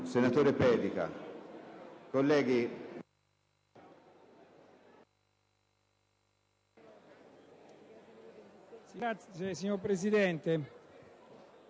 senatore Pedica.